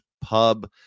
pub